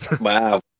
Wow